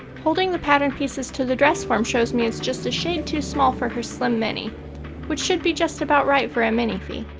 holding the pattern pieces to the dress form shows me it's just a shade too small for her slim mini which should be just about right for a minifee.